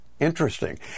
Interesting